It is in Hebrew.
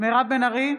מירב בן ארי,